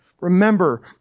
Remember